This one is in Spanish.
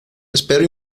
espero